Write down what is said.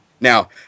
now